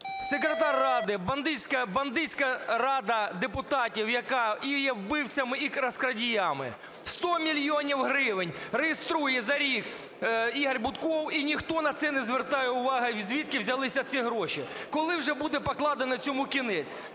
Секретар ради, бандитська рада депутатів, яка і є вбивцями, і розкрадіями. 100 мільйонів гривень реєструє за рік Ігор Бутков, і ніхто на це не звертає уваги, звідки взялися ці гроші. Коли вже буде покладено цьому кінець?